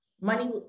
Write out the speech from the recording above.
money